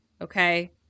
okay